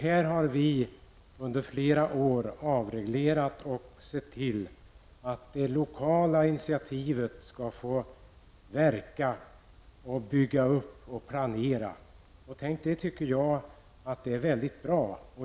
Här har vi under flera år argumenterat för att det lokala initiativet skall få verka, att man skall få bygga upp och planera på lokal nivå. Tänk, det tycker jag är väldigt bra.